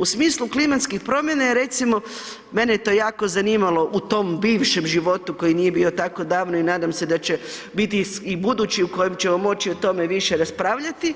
U smislu klimatskih promjena je, recimo, mene je to jako zanimalo u tom bivšem životu koji nije bio tako davno i nadam se da će biti u budući u kojem ćemo moći o tome više raspravljati,